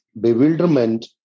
bewilderment